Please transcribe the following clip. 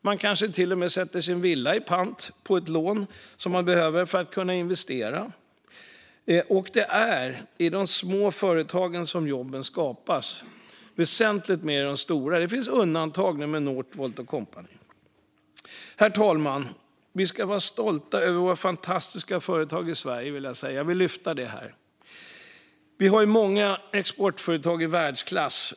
Man kanske till och med sätter sin villa i pant på ett lån som man behöver för att kunna investera. Det är i de små företagen som jobben skapas - väsentligt mer än i de stora. Men det finns undantag, till exempel Northvolt. Herr talman! Vi ska vara stolta över våra fantastiska företag i Sverige. Jag vill lyfta fram det här. Det finns många exportföretag i världsklass.